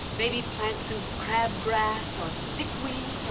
maybe plant some crabgrass or stickweed?